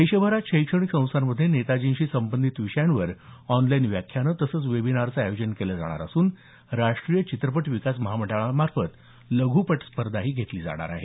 देशभरात शैक्षणिक संस्थांमध्ये नेताजींशी संबंधित विषयांवर आॅनलाईन व्याख्यानं तसंच वेबिनारचं आयोजन केलं जाणार असून राष्ट्रीय चित्रपट विकास महामंडळामार्फत लघ्पट स्पर्धाही घेतली जाणार आहे